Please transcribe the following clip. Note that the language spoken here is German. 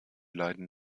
leiden